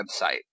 website